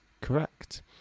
Correct